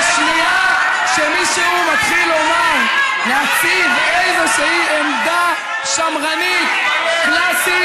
בשנייה שמישהו מתחיל להציב איזושהי עמדה שמרנית קלאסית,